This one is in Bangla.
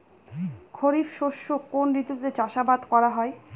খরিফ শস্য কোন ঋতুতে চাষাবাদ করা হয়?